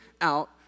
out